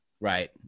Right